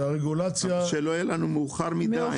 שלא יהיה לנו מאוחר מדיי.